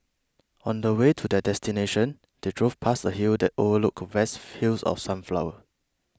on the way to their destination they drove past a hill that overlooked vast fields of sunflower